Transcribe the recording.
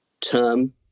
term